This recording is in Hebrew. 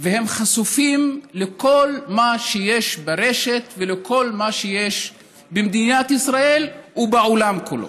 והם חשופים לכל מה שיש ברשת ולכל מה שיש במדינת ישראל ובעולם כולו.